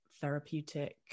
therapeutic